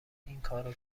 اینکارو